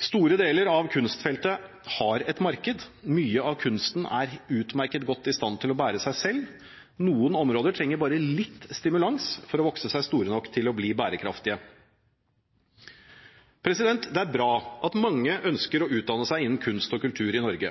Store deler av kunstfeltet har et marked. Mye av kunsten er utmerket godt i stand til å bære seg selv. Noen områder trenger bare litt stimulans for å vokse seg store nok til å bli bærekraftige. Det er bra at mange ønsker å utdanne seg innen kunst og kultur i Norge.